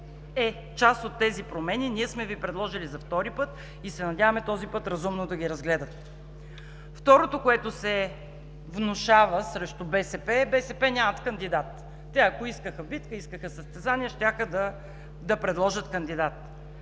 Е, част от тези промени ние сме Ви предложили за втори път и се надяваме този път разумно да ги разгледате. Второто, което се внушава срещу БСП е: БСП нямат кандидат. Те ако искаха битка, ако искаха състезание, щяха да предложат кандидат.